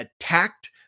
attacked